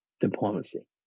diplomacy